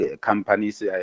companies